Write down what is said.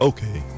Okay